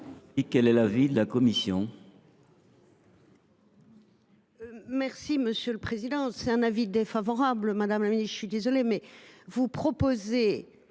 Quel est l’avis de la commission ?